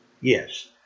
Yes